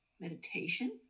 meditation